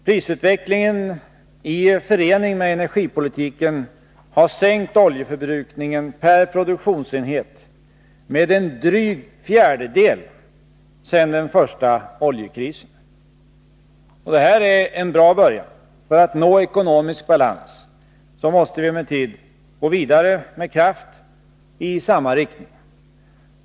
Prisutvecklingen i förening med energipolitiken har sänkt oljeförbruk ningen per produktionsenhet med en dryg fjärdedel sedan den första oljekrisen. Det är en bra början. För att nå ekonomisk balans måste vi emellertid med kraft gå vidare i samma riktning.